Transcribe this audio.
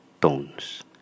tones